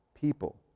people